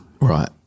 Right